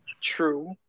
True